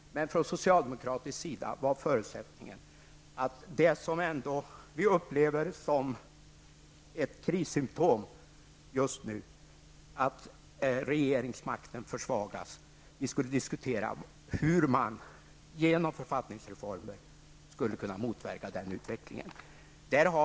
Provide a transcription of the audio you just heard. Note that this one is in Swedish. Men från socialdemokratisk sida var förutsättningen att det som vi nu upplever som ett krissymptom, nämligen att regeringsmakten försvagas, och hur man genom författningsreformen skall kunna motverka den utvecklingen skulle diskuteras.